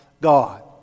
God